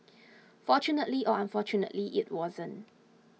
fortunately or unfortunately it wasn't